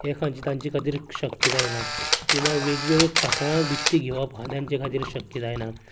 हे खंयचे तांचे खातीर शक्य जायना किंवां वेगवेगळीं खतां विकती घेवप हे तांचे खातीर शक्य जायना